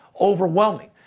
overwhelming